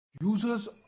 Users